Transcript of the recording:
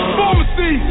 Pharmacy